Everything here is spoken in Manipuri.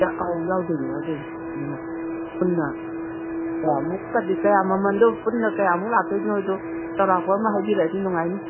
ꯑꯥ ꯑꯧ ꯌꯥꯎꯗꯣꯏꯅꯦ ꯌꯥꯎꯗꯣꯏꯅꯦ ꯑꯗꯨꯅ ꯄꯨꯟꯅ ꯀꯌꯥꯃꯨꯛꯀꯗꯤ ꯀꯌꯥ ꯃꯃꯟꯗꯨ ꯄꯨꯟꯅ ꯀꯌꯥꯃꯨꯛ ꯂꯥꯛꯇꯣꯏꯅꯣꯗꯣ ꯆꯧꯔꯥꯛꯄ ꯑꯃ ꯍꯥꯏꯕꯤꯔꯛꯑꯗꯤ ꯅꯨꯡꯉꯥꯏꯅꯤ